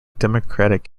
democratic